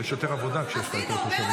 אבל יש יותר עבודה כשיש לך יותר תושבים.